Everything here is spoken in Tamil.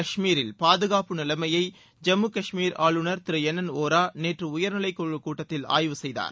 காஷ்மீர் பாதுகாப்பு நிலைமையை ஜம்மு காஷ்மீர் ஆளுநர் திரு என் என் வோரா நேற்று உயர்நிலைக்குழுக் கூட்டத்தில் ஆய்வு செய்தார்